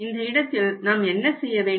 இந்த இடத்தில் நாம் என்ன செய்ய வேண்டும்